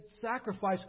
sacrifice